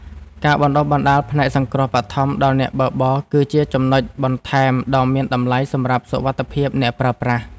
ការបណ្តុះបណ្តាលផ្នែកសង្គ្រោះបឋមដល់អ្នកបើកបរ គឺជាចំណុចបន្ថែមដ៏មានតម្លៃសម្រាប់សុវត្ថិភាពអ្នកប្រើប្រាស់។